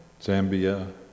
Zambia